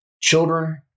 children